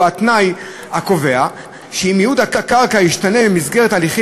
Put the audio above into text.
הוא התנאי הקובע שאם ייעוד הקרקע ישתנה במסגרת הליכי